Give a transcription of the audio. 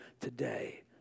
today